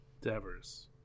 Devers